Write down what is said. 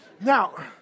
Now